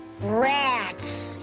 Rats